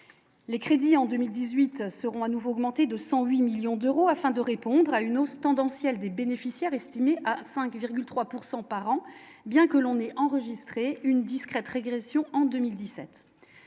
les crédits en 2018 seront à nouveau augmentées de 108 millions d'euros afin de répondre à une hausse tendancielle des bénéficiaires estimé à 5,3 pourcent par an, bien que l'on ait enregistré une discrète régression en 2017,